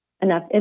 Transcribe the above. enough